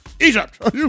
Egypt